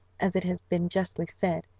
as it has been justly said,